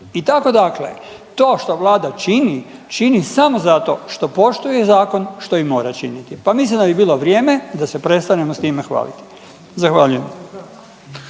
I tako dakle to što vlada čini čini samo zato što poštuje zakon, što i mora činiti. Pa mislim da bi bilo vrijeme da se prestanemo s time hvaliti. Zahvaljujem.